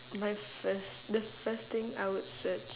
my first the first thing I would search